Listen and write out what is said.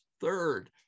Third